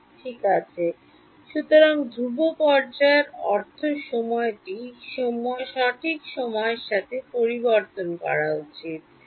ঠিক আছে সুতরাং ধ্রুব পর্যায়ের অর্থ সময়টি সঠিক সময়ের সাথে পরিবর্তন করা উচিত নয়